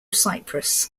cyprus